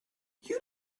you